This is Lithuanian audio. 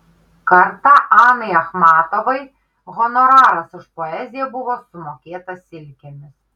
kartą anai achmatovai honoraras už poeziją buvo sumokėtas silkėmis